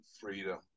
freedom